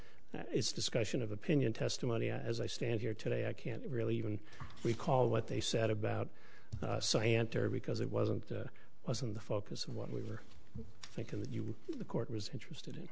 of it's discussion of opinion testimony as i stand here today i can't really even recall what they said about so i enter because it wasn't wasn't the focus of what we were thinking that you would the court was interested in